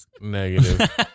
Negative